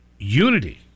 Unity